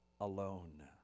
alone